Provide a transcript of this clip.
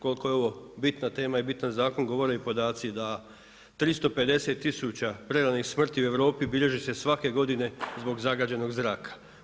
Koliko je ovo bitna tema i bitan zakon govore i podaci da 350 tisuća preranih smrti u Europi bilježi se svake godine zbog zagađenog zraka.